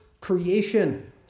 creation